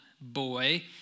boy